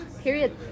Period